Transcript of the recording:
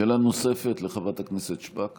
שאלה נוספת לחברת הכנסת שפק,